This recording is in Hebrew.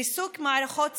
ריסוק מערכות ציבוריות,